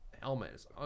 helmet